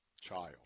child